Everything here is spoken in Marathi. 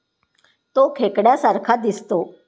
तो खेकड्या सारखा दिसतो